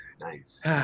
Nice